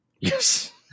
Yes